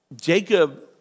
Jacob